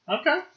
Okay